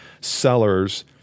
sellers